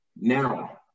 Now